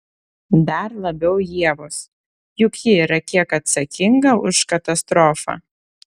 dar labiau ievos juk ji yra kiek atsakinga už katastrofą